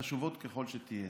חשובות ככל שתהיינה.